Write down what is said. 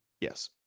Yes